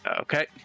Okay